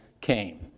came